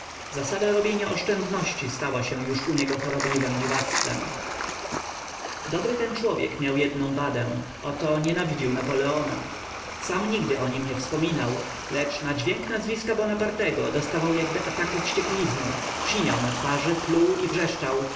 zasada robienia oszczędności stała się już u niego chorobliwem dziwactwem dobry ten człowiek miał jednę wadę oto nienawidził napoleona sam nigdy o nim nie wspominał lecz na dźwięk nazwiska bonapartego dostawał jakby ataku wścieklizny siniał na twarzy pluł i wrzeszczał